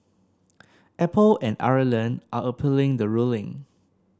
Apple and Ireland are appealing the ruling